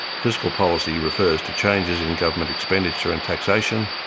fiscal policy refers to changes in government expenditure and taxation,